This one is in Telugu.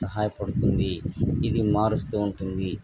సహాయ పడుతుంది ఇది మారుస్తు ఉంటుంది